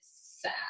sad